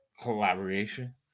collaboration